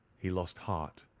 he lost heart,